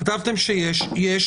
אומרים פה שעלתה